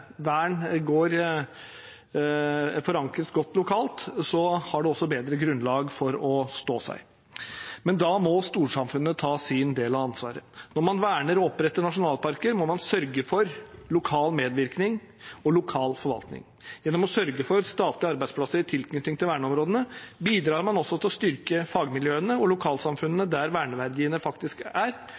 vern forankres godt lokalt, har det også bedre grunnlag for å stå seg. Men da må storsamfunnet ta sin del av ansvaret. Når man verner og oppretter nasjonalparker, må man sørge for lokal medvirkning og lokal forvaltning. Gjennom å sørge for statlige arbeidsplasser i tilknytning til verneområdene bidrar man også til å styrke fagmiljøene og lokalsamfunnene der verneverdiene faktisk er,